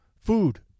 food